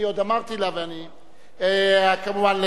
כמובן,